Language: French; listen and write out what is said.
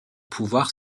pouvoir